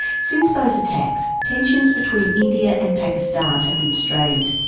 since those attacks, tensions between india and pakistan have been strained.